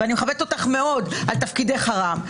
ואני מכבדת אותך מאוד על תפקידך הרם,